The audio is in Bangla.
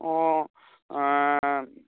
ও